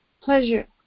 Pleasure